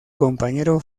compañero